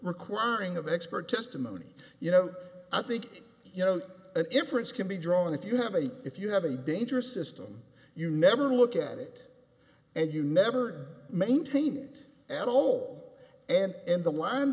requiring of expert testimony you know i think you know an inference can be drawn if you have a if you have a dangerous system you never look at it and you never maintained asshole and the w